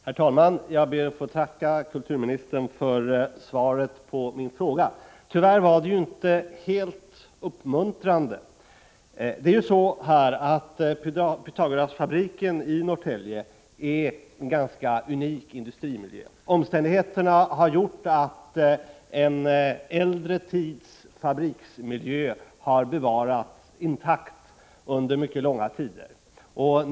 Herr talman! Jag ber att få tacka kulturministern för svaret på min fråga. Tyvärr var det inte helt uppmuntrande. Pythagorasfabriken i Norrtälje är en nära nog unik industrimiljö. Omständigheterna har gjort att en äldre tids fabriksmiljö har bevarats intakt under mycket lång tid.